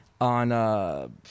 on